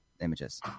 images